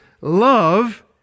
love